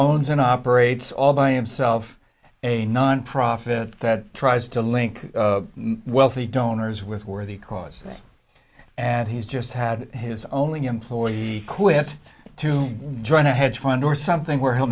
owns and operates all by himself a nonprofit that tries to link wealthy donors with worthy causes and he's just had his only employee quit to join a hedge fund or something where he'll